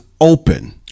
open